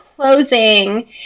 closing